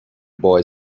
boy